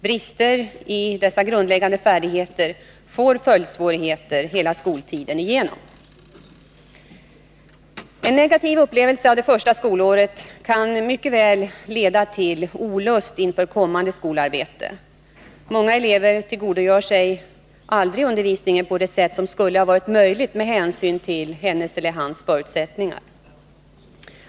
Brister i dessa grundläggande färdigheter ger följdsvårigheter hela skoltiden igenom. En negativ upplevelse av det första skolåret kan mycket väl leda till olust inför kommande skolarbete. Många elever tillgodogör sig aldrig undervisningen på det sätt som skulle ha varit möjligt med hänsyn till hans/hennes förutsättningar.